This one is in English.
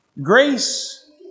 Grace